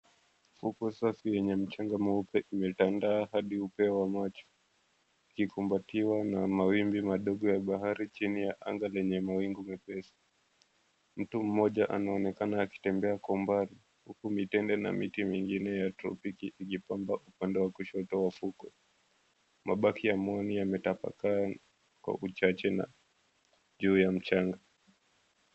Fukwe safi yenye mchanga mweupe kimetanda hadi upeo wa macho. Ikikumbatiwa na mawimbi madogo ya bahari chini ya anga lenye mawingu mepesi. Mtu mmoja anaonekana akitembea kwa umbali. Huku mitembe na miti mingine ya tropiki ikipamba upande wa kushoto wa fukwe. Mabaki ya mwami yametapakaa kwa kuchachi juu ya mchanga.